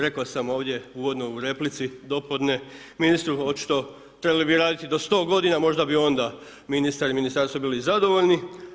Rekao sam ovdje uvodno u replici dopodne, ministru očito trebali bi raditi do 100 godina, možda bi onda ministar i ministarstvo bili zadovoljni.